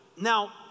now